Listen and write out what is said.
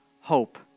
hope